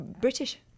British